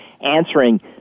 answering